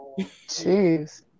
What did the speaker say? jeez